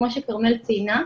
כמו שכרמל ציינה,